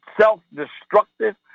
self-destructive